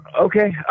Okay